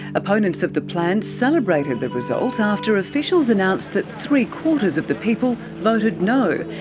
opponents of the plan celebrated the result after officials announced that three-quarters of the people voted no.